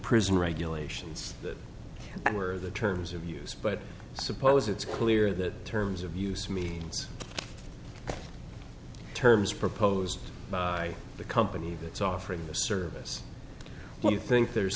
prison regulations that were the terms of use but suppose it's clear that terms of use means terms proposed by the company that's offering a service when you think there's